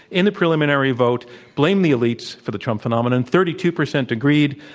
in the preliminary vote blame the elites for the trump phenomenon, thirty two percent agreed,